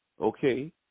okay